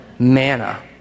manna